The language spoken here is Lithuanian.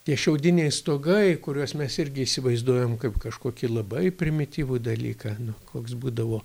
tie šiaudiniai stogai kuriuos mes irgi įsivaizduojam kaip kažkokį labai primityvų dalyką nu koks būdavo